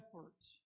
efforts